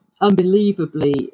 unbelievably